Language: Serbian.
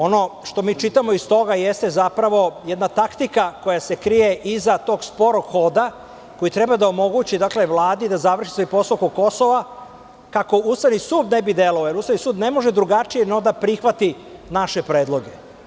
Ono što mi čitamo iz toga jeste jedna taktika koja se krije iza tog sporog hoda koji treba da omogući Vladi da završi svoj posao oko Kosova, kako Ustavni sud ne bi delovao, jer Ustavni sud ne može drugačije no da prihvati naše predloge.